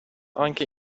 آنکه